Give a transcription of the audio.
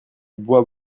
boit